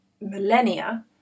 millennia